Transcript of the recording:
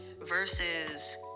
versus